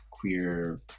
queer